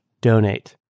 donate